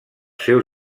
seus